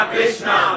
Krishna